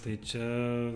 tai čia